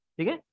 Okay